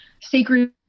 sacred